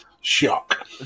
shock